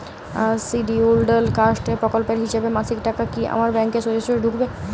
Scheduled caste প্রকল্পের হিসেবে মাসিক টাকা কি আমার ব্যাংকে সোজাসুজি ঢুকবে?